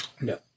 No